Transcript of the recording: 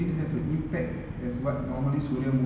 that delivered well is soorarai pottru